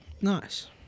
Nice